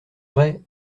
vrai